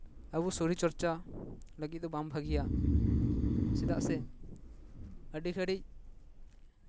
ᱟᱵᱚ ᱥᱚᱨᱤᱨ ᱪᱚᱨᱪᱟ ᱞᱟᱹᱜᱤᱫ ᱫᱚ ᱵᱟᱝ ᱵᱷᱟᱹᱜᱤᱭᱟ ᱪᱮᱫᱟᱜ ᱥᱮ ᱟᱹᱰᱤ ᱜᱷᱟᱹᱲᱤᱡ